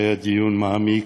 היה דיון מעמיק,